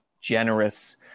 generous